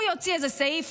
הוא יוציא איזה סעיף,